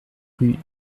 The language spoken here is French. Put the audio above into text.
rue